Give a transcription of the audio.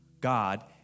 God